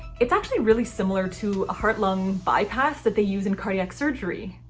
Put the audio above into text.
it's actually really similar to a heart-lung bypass that they use in cardiac surgery.